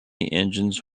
engines